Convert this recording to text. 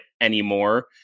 anymore